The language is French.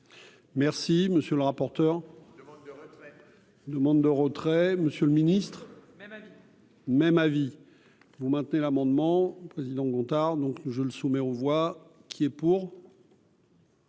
Merci, monsieur le rapporteur. Demande de retrait. Demande de retrait. Le ministre même même avis. Vous mettez l'amendement président Gontard, donc je le sommet on voit qui est pour.